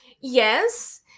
Yes